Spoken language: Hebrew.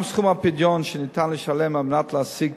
גם סכום הפדיון שניתן לשלם על מנת להשיג